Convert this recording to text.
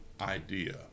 idea